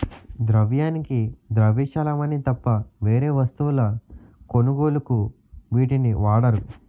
ద్రవ్యానికి ద్రవ్య చలామణి తప్ప వేరే వస్తువుల కొనుగోలుకు వీటిని వాడరు